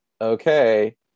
okay